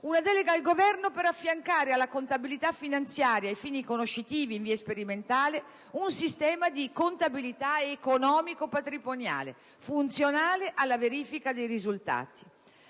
una delega al Governo per affiancare alla contabilità finanziaria, ai fini conoscitivi e in via sperimentale, un sistema di contabilità economico patrimoniale, funzionale alla verifica dei risultati.